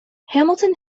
hamilton